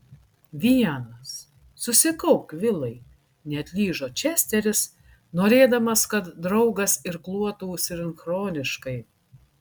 vienas susikaupk vilai neatlyžo česteris norėdamas kad draugas irkluotų sinchroniškai